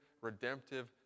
redemptive